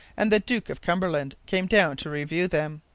and the duke of cumberland came down to review them.